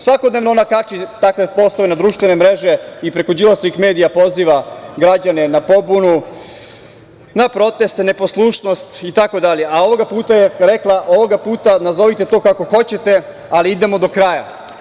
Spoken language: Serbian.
Svakodnevno ona kači takve postove na društvene mreže i preko Đilasovih medija poziva građane na pobunu, na proteste, neposlušnost, itd., a ovoga puta je rekla – ovoga puta nazovite to kako hoćete, ali idemo do kraja.